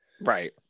Right